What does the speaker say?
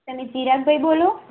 તમે ચિરાગ ભાઈ બોલો